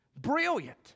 Brilliant